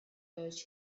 urged